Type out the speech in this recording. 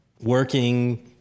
working